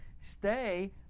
stay